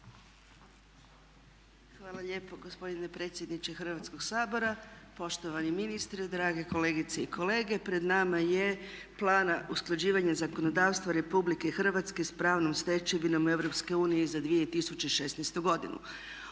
Hvala lijepo gospodine predsjedniče Hrvatskoga sabora, poštovani ministre, drage kolegice i kolege. Pred nama je plan usklađivanja zakonodavstva Republike Hrvatske sa pravnom stečevinom Europske unije za 2016. godinu.